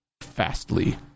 Fastly